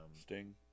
Sting